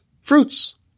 fruits